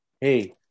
hey